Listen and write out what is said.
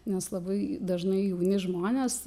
nes labai dažnai jauni žmonės